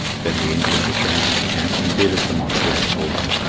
then the indian returned to the camp and did as the monster had told him,